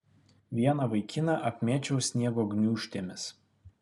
vieną vaikiną apmėčiau sniego gniūžtėmis